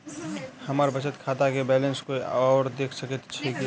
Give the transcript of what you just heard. हम्मर बचत खाता केँ बैलेंस कोय आओर देख सकैत अछि की